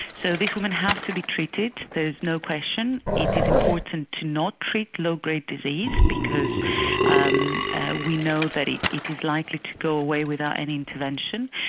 so these women have to be treated, there is no question. it is important to not treat low grade disease because um we know that it it is likely to go away without any intervention.